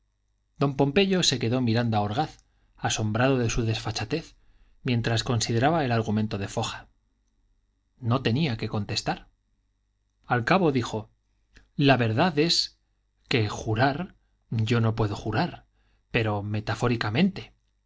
don pompeyo se quedó mirando a orgaz asombrado de su desfachatez mientras consideraba el argumento de foja no tenía qué contestar al cabo dijo la verdad es que jurar yo no puedo jurar pero metafóricamente